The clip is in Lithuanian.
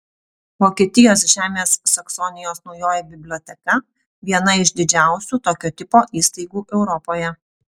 vokietijos žemės saksonijos naujoji biblioteka viena iš didžiausių tokio tipo įstaigų europoje